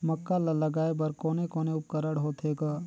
मक्का ला लगाय बर कोने कोने उपकरण होथे ग?